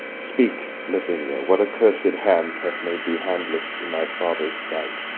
speak, lavinia, what accursed hand hath made thee handless in thy father's sight?